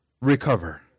recover